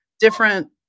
Different